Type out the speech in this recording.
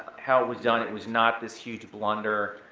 how it was done, it was not this huge blunder.